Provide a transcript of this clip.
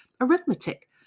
arithmetic